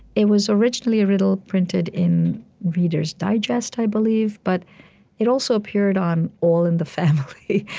it was originally a riddle printed in reader's digest, i believe. but it also appeared on all in the family.